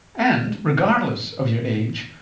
and, regardless of your age,